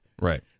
Right